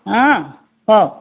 অঁ ক'